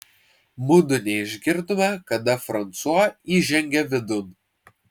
mudu neišgirdome kada fransua įžengė vidun